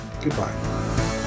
goodbye